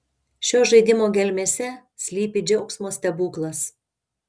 šio žaidimo gelmėse slypi džiaugsmo stebuklas